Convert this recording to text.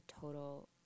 total